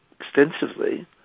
extensively